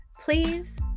please